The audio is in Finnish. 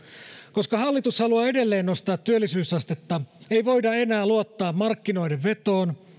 koska hallitus haluaa edelleen nostaa työllisyysastetta ei voida enää luottaa markkinoiden vetoon